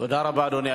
תודה רבה, אדוני.